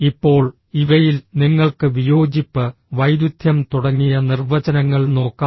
ഇപ്പോൾ ഇവയിൽ നിങ്ങൾക്ക് വിയോജിപ്പ് വൈരുദ്ധ്യം തുടങ്ങിയ നിർവചനങ്ങൾ നോക്കാം